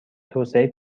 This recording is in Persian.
توسعه